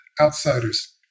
outsiders